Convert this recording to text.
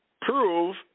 Prove